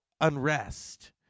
unrest